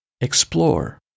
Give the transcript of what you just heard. explore